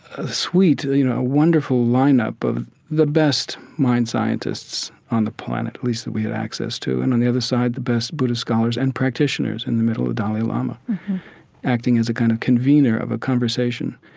a sweet, you know, wonderful lineup of the best mind scientists on the planet at least that we had access to, and on the other side, the best buddhist scholars and practitioners, in the middle the dalai lama acting as a kind of convener of a conversation.